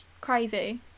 crazy